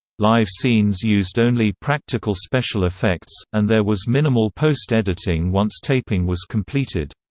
live scenes used only practical special effects, and there was minimal post-editing once taping was completed.